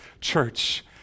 church